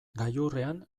gailurrean